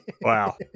wow